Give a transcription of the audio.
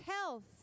health